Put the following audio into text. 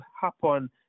happen